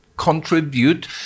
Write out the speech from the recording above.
contribute